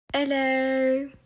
Hello